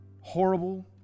horrible